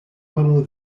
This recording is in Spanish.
mano